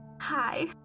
Hi